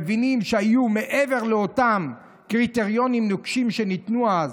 ומבינים שמעבר לאותם קריטריונים נוקשים שניתנו אז